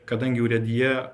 kadangi urėdija